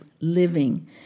living